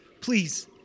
please